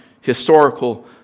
historical